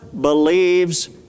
believes